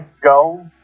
go